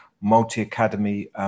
multi-academy